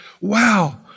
wow